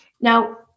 Now